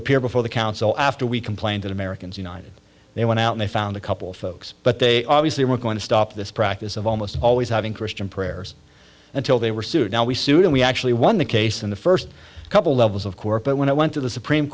appear before the council after we complained that americans united they went out and they found a couple folks but they obviously were going to stop this practice of almost always having christian prayers until they were sued now we sued and we actually won the case in the first couple levels of course but when it went to the supreme